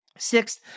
Sixth